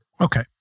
Okay